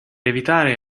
evitare